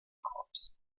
korps